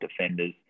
defenders